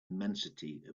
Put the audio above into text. immensity